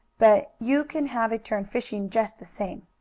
but you can have a turn fishing just the same.